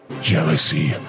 Jealousy